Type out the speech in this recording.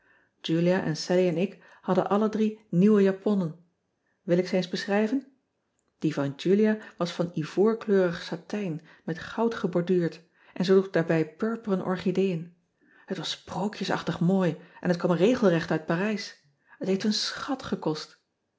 ulia en allie en ik hadden alle drie nieuwe japonnen il ik ze eens beschrijven ie van ulia was van ivoorkleurig satijn met goud geborduurd en ze droeg daarbij purperen orchideën et was sprookjesachtig mooi en het kwam regelrecht uit arijs et heeft een schat gekost